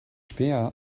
späher